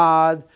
God